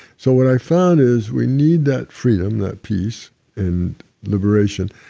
so what i found is we need that freedom, that peace and liberation,